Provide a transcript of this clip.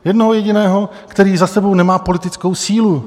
Jednoho jediného, který za sebou nemá politickou sílu.